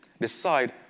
decide